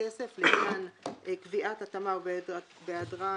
בכסף לעניין קביעת התאמה או בהיעדרה